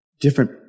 different